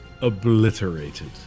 obliterated